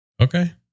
Okay